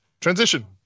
Transition